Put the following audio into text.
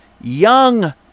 young